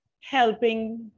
helping